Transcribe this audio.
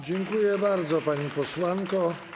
Dziękuję bardzo, pani posłanko.